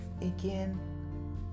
again